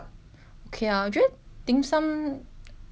不够吧应该还有 order something ah like other food